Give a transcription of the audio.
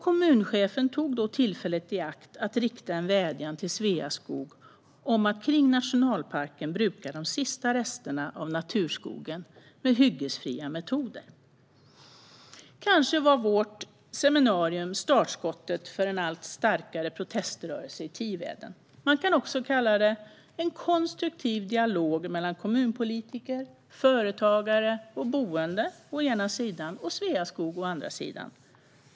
Kommunchefen tog tillfället i akt att rikta en vädjan till Sveaskog om att kring nationalparken bruka de sista resterna av naturskogen med hyggesfria metoder. Kanske var vårt seminarium startskottet för en allt starkare proteströrelse i Tiveden. Man kan också kalla det en konstruktiv dialog mellan kommunpolitiker, företagare och boende å ena sidan och Sveaskog å andra sidan.